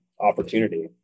opportunity